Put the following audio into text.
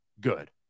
good